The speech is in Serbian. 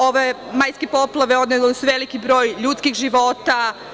Ove majske poplave odnele su veliki broj ljudskih života.